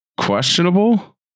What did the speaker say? questionable